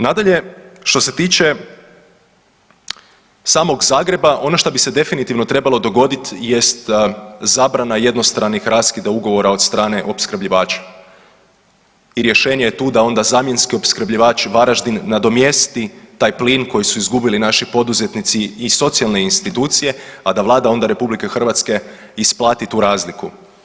Nadalje što se tiče samog Zagreba ono što bi se definitivno trebalo dogoditi jest zabrana jednostranih raskida ugovora od strane opskrbljivača i rješenje je tu da onda zamjenski opskrbljivač Varaždin nadomjesti taj plin koji su izgubili naši poduzetnici i socijalne institucije, a da Vlada onda Republike Hrvatske isplati tu razliku.